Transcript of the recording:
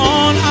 on